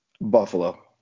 Buffalo